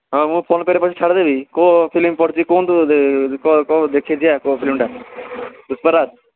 ହଁ ମୁଁ ଫୋନ୍ପେରେ ପଇସା ଛାଡ଼ିଦେବି କେଉଁ ଫିଲ୍ମ ପଡ଼ିଛି କୁହନ୍ତୁ କହ ଦେଖିଯିବା କେଉଁ ଫିଲ୍ମଟା ପୁଷ୍ପାରାଜ୍